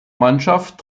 mannschaft